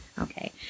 Okay